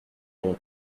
mon